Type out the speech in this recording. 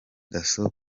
dasso